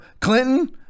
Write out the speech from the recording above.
Clinton